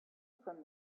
from